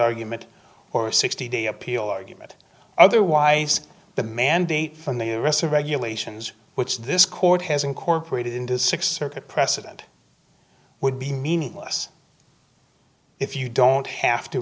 argument or a sixty day appeal argument otherwise the mandate from the u s or regulations which this court has incorporated into six circuit precedent would be meaningless if you don't have to